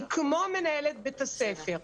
כמו מנהלת בית הספר,